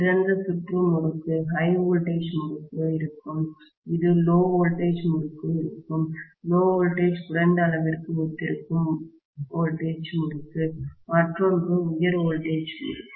திறந்த சுற்று முறுக்கு HV முறுக்கு இருக்கும் இது LV முறுக்கு இருக்கும் LV குறைந்த அளவிற்கு ஒத்திருக்கும் வோல்டேஜ் முறுக்கு மற்றொன்று உயர் வோல்டேஜ் முறுக்கு